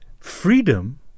Freedom